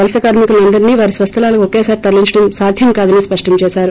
వలస కార్మి కులను అందరినీ వారి స్పస్థలాలకు ఒకేసారి తరలించడం సాధ్యం కాదని స్పష్టం చేశారు